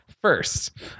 first